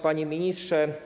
Panie Ministrze!